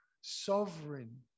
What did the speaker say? sovereign